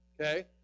Okay